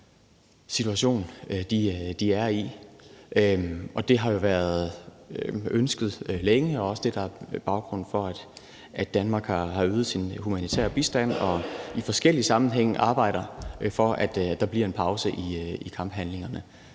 vanskelig den er. Det har jo længe været ønsket, og det er også det, der er baggrunden for, at Danmark har øget sin humanitære bistand og i forskellige sammenhænge arbejder for, at der bliver en pause i kamphandlingerne